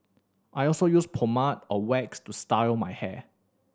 I also use pomade or wax to style my hair